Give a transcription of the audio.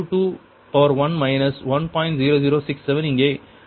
0067 இங்கே கணக்கிடப்படுகிறது